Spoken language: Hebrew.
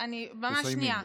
ממש שנייה.